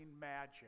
magic